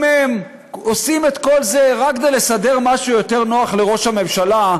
אם הם עושים את כל זה רק כדי לסדר משהו יותר נוח לראש הממשלה,